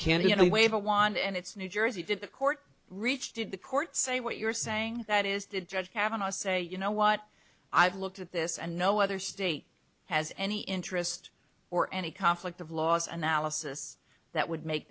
know wave a wand and it's new jersey did the court reached did the court say what you're saying that is the judge having a say you know what i've looked at this and no other state has any interest or any conflict of laws and alice's that would make